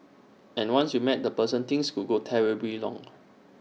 and once you meet that person things could go terribly wrong